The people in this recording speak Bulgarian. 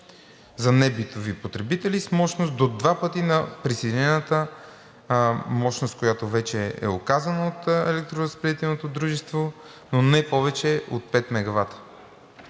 за небитови потребители с мощност до два пъти на присъединената мощност, която вече е указана от електроразпределителното